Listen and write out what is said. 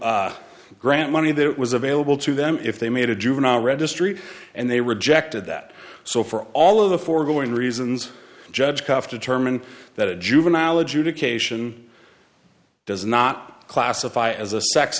to grant money that was available to them if they made a juvenile registry and they rejected that so for all of the foregoing reasons judge cuffe determine that a juvenile adjudication does not classify as a sex